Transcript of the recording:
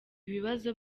bibazo